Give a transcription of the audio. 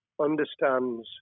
understands